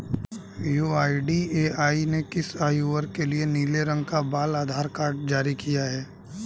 UIDAI ने किस आयु वर्ग के लिए नीले रंग का बाल आधार कार्ड जारी किया है?